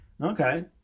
Okay